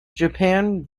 japan